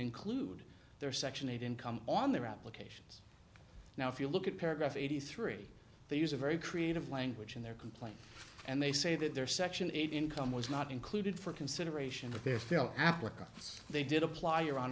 include their section eight income on their application now if you look at paragraph eighty three they use a very creative language in their complaint and they say that their section eight income was not included for consideration for their fellow africa so they did apply